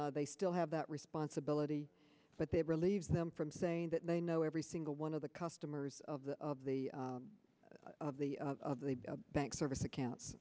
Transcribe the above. in they still have that responsibility but they relieve them from saying that they know every single one of the customers of the of the of the of the bank service accounts